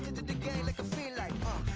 to the game like a fiend like, ah!